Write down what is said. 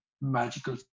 magical